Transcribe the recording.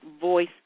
voice